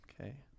Okay